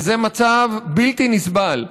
וזה מצב בלתי נסבל,